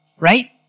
Right